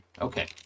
Okay